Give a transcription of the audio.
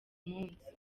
munsi